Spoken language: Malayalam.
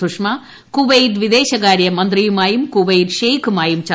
സുഷമ കുവൈറ്റ് വിദേശകാര്യ മന്ത്രിയുമായും കുവൈറ്റ് ഷെയ്ഖുമായും ചർച്ച നടത്തും